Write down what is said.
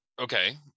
okay